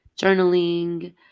journaling